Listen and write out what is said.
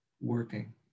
working